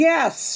Yes